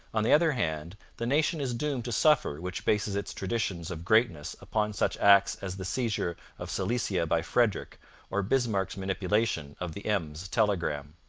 on the other hand, the nation is doomed to suffer which bases its traditions of greatness upon such acts as the seizure of silesia by frederick or bismarck's manipulation of the ems telegram.